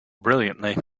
brilliantly